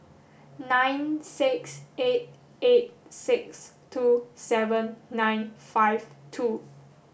nine six eight eight six two seven nine five two